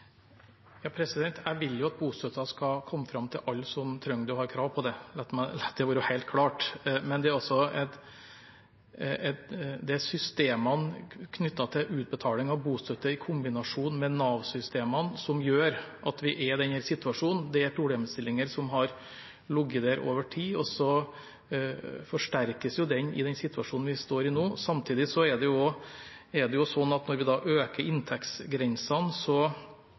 Jeg vil at bostøtten skal komme fram til alle som trenger det, og som har krav på det. La det være helt klart. Det er systemene knyttet til utbetaling av bostøtte i kombinasjon med Nav-systemene som gjør at vi er i denne situasjonen. Det er problemstillinger som har ligget der over tid, og så forsterkes de i den situasjonen vi står i nå. Samtidig er det sånn at når vi øker inntektsgrensene, bidrar det